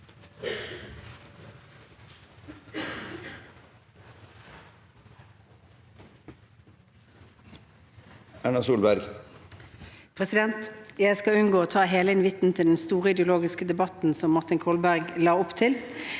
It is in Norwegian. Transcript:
Erna Solberg Jeg skal unngå å ta hele invitten til den store ideologiske debatten som Martin Kolberg la opp til.